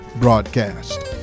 broadcast